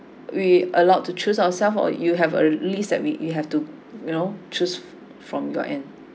we allowed to choose ourself or you have a list that we you have to you know choose from your end